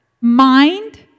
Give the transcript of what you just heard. mind